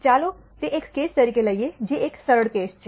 ચાલો તે એક કેસ તરીકે લઈએ જે સરળ કેસ છે